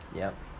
yup